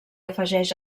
afegeix